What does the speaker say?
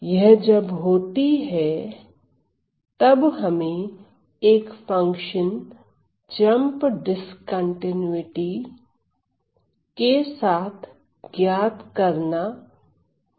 यह जब होती है जब हमें एक फंक्शन जंप डिस्कंटीन्यूटी के साथ ज्ञात करना हो